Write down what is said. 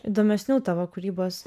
įdomesnių tavo kūrybos